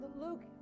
Luke